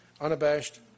unabashed